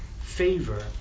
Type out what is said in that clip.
favor